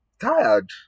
tired